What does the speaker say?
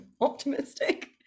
Optimistic